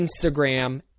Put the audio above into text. Instagram